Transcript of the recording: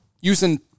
using